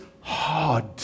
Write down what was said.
hard